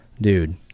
dude